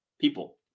people